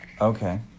Okay